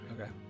Okay